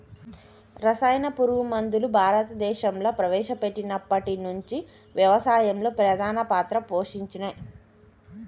రసాయన పురుగు మందులు భారతదేశంలా ప్రవేశపెట్టినప్పటి నుంచి వ్యవసాయంలో ప్రధాన పాత్ర పోషించినయ్